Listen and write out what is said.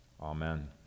Amen